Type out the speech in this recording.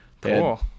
Cool